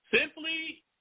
Simply